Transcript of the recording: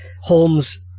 Holmes